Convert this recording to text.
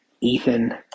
Ethan